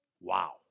Wow